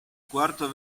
quarto